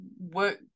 work